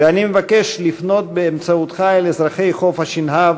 ואני מבקש לפנות באמצעותך אל אזרחי חוף-השנהב